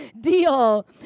deal